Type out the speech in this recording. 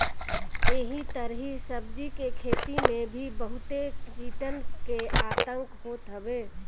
एही तरही सब्जी के खेती में भी बहुते कीटन के आतंक होत हवे